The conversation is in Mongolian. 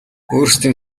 өөрсдийн